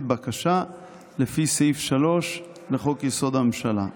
בקשה לפי סעיף 3 לחוק-יסוד: הממשלה ----- בג"ץ.